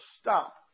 stop